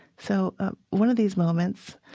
so ah one of these moments